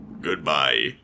Goodbye